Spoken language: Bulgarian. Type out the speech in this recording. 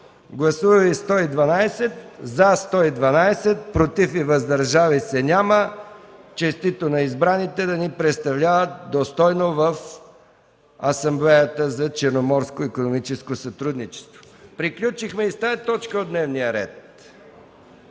представители: за 112, против и въздържали се няма. Честито на избраните – да ни представляват достойно в Асамблеята на Черноморското икономическо сътрудничество. Приключихме и с тази точка от дневния ред.